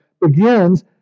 begins